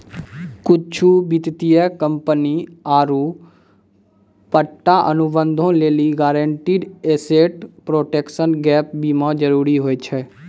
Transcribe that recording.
कुछु वित्तीय कंपनी आरु पट्टा अनुबंधो लेली गारंटीड एसेट प्रोटेक्शन गैप बीमा जरुरी होय छै